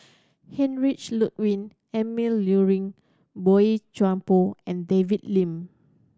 Heinrich Ludwig Emil Luering Boey Chuan Poh and David Lim